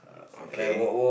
okay